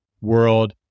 world